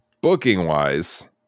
booking-wise